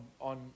on